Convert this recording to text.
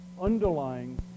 underlying